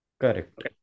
Correct